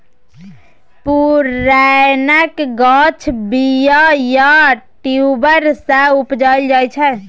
पुरैणक गाछ बीया या ट्युबर सँ उपजाएल जाइ छै